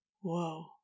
Whoa